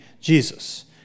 Jesus